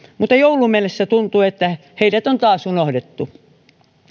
mutta jouluun mennessä tuntuu että heidät on taas unohdettu